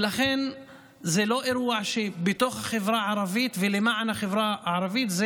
ולכן זה לא אירוע בתוך החברה הערבית ולמען החברה הערבית,